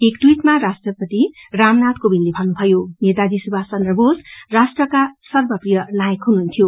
एक टवीटमा राष्ट्रपति रामनाथ कोविन्दले भन्नुभयो नेताजी सुभाषचन्द्र बोस राट्रका सर्वप्रिय नायक हुनुहन्थ्यो